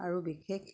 আৰু বিশেষ